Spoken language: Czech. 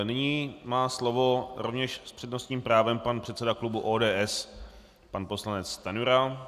Nyní má slovo, rovněž s přednostním právem, pan předseda klubu ODS pan poslanec Stanjura.